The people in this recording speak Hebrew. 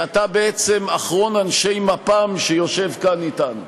אתה בעצם אחרון אנשי מפ"ם שיושב כאן אתנו.